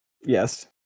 Yes